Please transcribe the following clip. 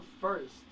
first